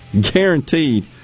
Guaranteed